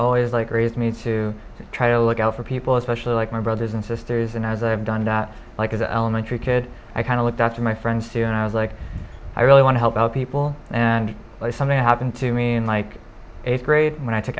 always like raised me to try to look out for people especially like my brothers and sisters and as i've done that like as elementary kid i kind of looked out for my friends too and i was like i really want to help out people and something happened to me in my eighth grade when i took